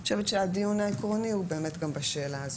אני חושבת שהדיון העקרוני הוא באמת גם בשאלה הזאת.